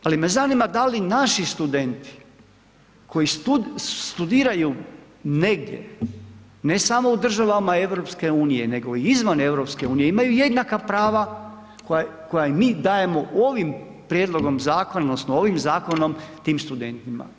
Ali me zanima da li naši studenti koji studiraju negdje ne samo u državama EU nego i izvan EU imaju jednaka prava koja i mi dajemo ovim prijedlogom zakona odnosno ovim zakonom tim studentima.